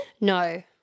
No